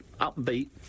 upbeat